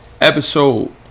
Episode